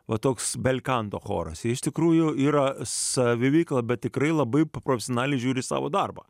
o toks belkanto choras iš tikrųjų yra saviveikla bet tikrai labai profesionaliai žiūri į savo darbą